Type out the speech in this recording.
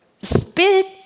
Spit